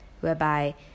Whereby